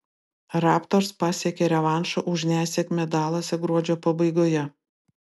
raptors pasiekė revanšą už nesėkmę dalase gruodžio pabaigoje